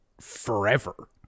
forever